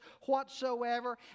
whatsoever